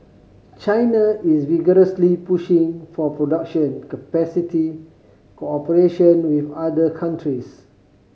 China is vigorously pushing for production capacity cooperation with other countries